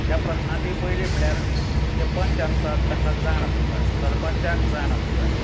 ह्या प्रश्नाची पयली म्हळ्यार जे पंच आसतात तांकां जाण आसूं जाय सरपंचाक जाण आसूं जाय